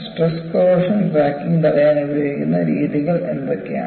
stress corrosion cracking തടയാൻ ഉപയോഗിക്കാവുന്ന രീതികൾ എന്തൊക്കെയാണ്